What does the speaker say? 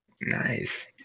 Nice